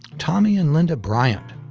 tommy and linda bryant,